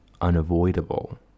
unavoidable